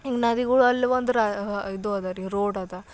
ಹಿಂಗೆ ನದಿಗಳು ಅಲ್ಲಿ ಒಂದು ರ ಇದು ಇದೆ ರೀ ರೋಡ್ ಇದೆ